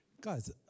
Guys